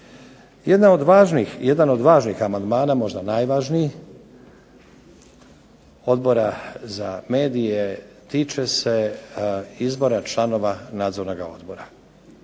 Jedan od važnih amandmana, možda i najvažniji Odbora za medije, tiče se izbora članova Nadzornoga odbora.